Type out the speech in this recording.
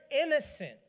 innocent